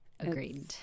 Agreed